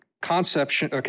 conception